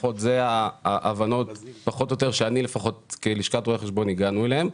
לפחות אלה ההבנות שלשכת רואי החשבון הגיעו אליהם.